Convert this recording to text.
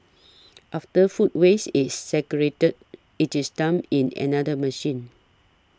after food waste is segregated it is dumped in another machine